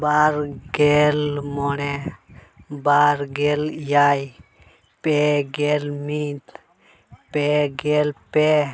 ᱵᱟᱨ ᱜᱮᱞ ᱢᱚᱬᱮ ᱵᱟᱨ ᱜᱮᱞ ᱮᱭᱟᱭ ᱯᱮ ᱜᱮᱞ ᱢᱤᱫ ᱯᱮ ᱜᱮᱞ ᱯᱮ